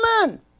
man